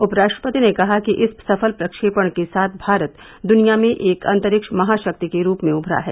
उपराष्ट्रपति ने कहा कि इस सफल प्रक्षेपण के साथ भारत दुनिया में एक अंतरिक्ष महाशक्ति के रूप में उभरा है